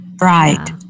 right